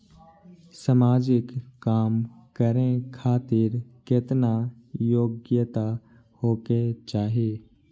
समाजिक काम करें खातिर केतना योग्यता होके चाही?